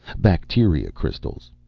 bacteria crystals.